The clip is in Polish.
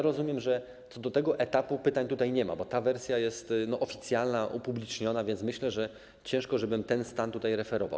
Rozumiem, że co do tego etapu pytań tutaj nie ma, bo ta wersja jest oficjalna, upubliczniona, więc myślę, że ciężko, żebym ten stan tutaj referował.